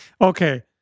Okay